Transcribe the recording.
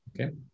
okay